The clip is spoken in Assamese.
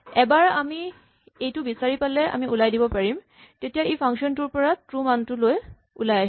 এবাৰ আমি এইটো বিচাৰি পালে আমি ওলাই দিব পাৰিম তেতিয়া ই ফাংচন টোৰ পৰা ট্ৰু মানটো লৈ ওলাই আহিব